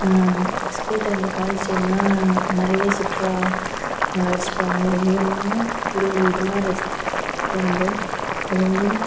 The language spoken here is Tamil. ஸ்கூல் டைமில் காலேஜ் டைம்லாம் நிறைய சுற்றுலா அழைச்சிட்டு போவாங்க ஒவ்வொன்றையும் ஒரு ஒரு விதமாக ரசிப்போம் நம்ம அது வந்து